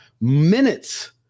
minutes